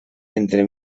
entre